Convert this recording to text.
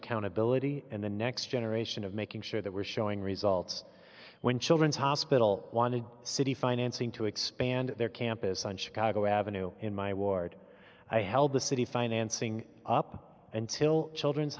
accountability in the next generation of making sure that we're showing results when children's hospital wanted city financing to expand their campus on chicago avenue in my ward i held the city financing up until children's